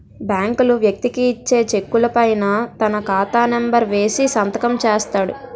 బ్యాంకులు వ్యక్తికి ఇచ్చే చెక్కుల పైన తన ఖాతా నెంబర్ వేసి సంతకం చేస్తాడు